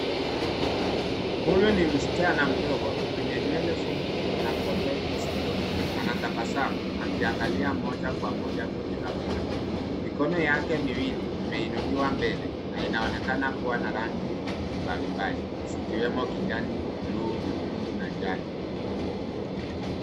Huyu ni msichana mdogo mwenye nywele fupi na kope nzito. Anatabasamu akiangalia moja kwa moja kwenye kamera. Mikono yake miwili imeinuliwa mbele na inaonekana kuwa na rangi mbalimbali zikiwemo kijani, buluu, nyekundu na njano.